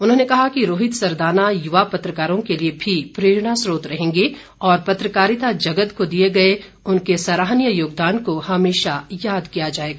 उन्होंने कहा कि रोहित सरदाना युवा पत्रकारों के लिए भी प्रेरणा स्रोत रहेंगे और पत्रकारिता जगत को दिए गए उनके सराहनीय योगदान को हमेशा याद किया जाएगा